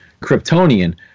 Kryptonian